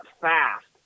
fast